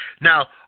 Now